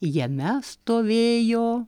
jame stovėjo